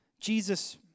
Jesus